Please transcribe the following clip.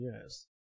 Yes